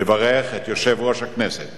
לברך את יושב-ראש הכנסת